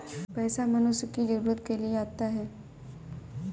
पैसा मनुष्य की जरूरत के लिए आता है